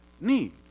need